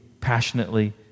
passionately